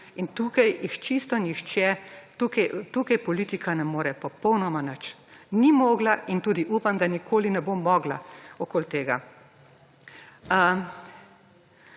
in tukaj jih čisto nihče, tukaj politika ne more popolnoma nič. Ni mogla in tudi upam, da nikoli ne bo mogla, okoli tega.